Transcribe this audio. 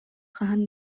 хаһан